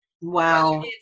Wow